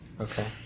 Okay